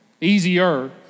Easier